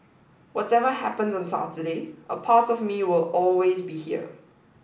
whatever happens on Saturday a part of me will always be here